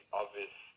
obvious